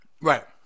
Right